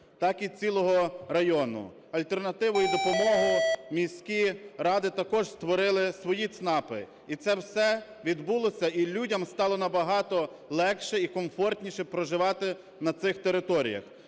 так і цілого району. Альтернативу і допомогу міські ради також створили свої ЦНАПи. І це все відбулося, і людям стало набагато легше і комфортніше проживати на цих територіях.